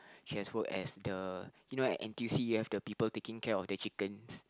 she has worked as the you know at N_T_U_C you have the people taking care of the chicken